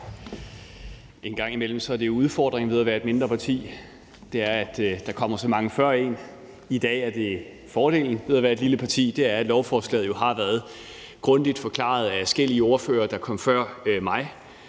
En gang imellem er udfordringen ved at være et mindre parti, at der kommer så mange før en. Men i dag er fordelen ved at være et lille parti jo, at lovforslaget har været grundigt forklaret af adskillige ordførere, der er kommet før mig.